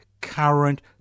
current